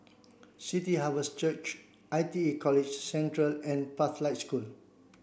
City Harvest Church I T E College Central and Pathlight School